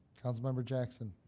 councilmember jackson.